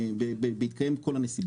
בהתקיים כל הנסיבות.